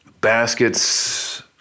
Baskets